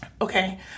Okay